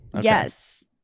Yes